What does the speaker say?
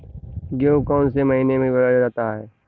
गेहूँ कौन से महीने में बोया जाता है?